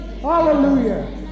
Hallelujah